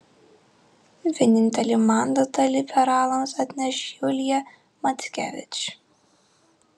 vienintelį mandatą liberalams atneš julija mackevič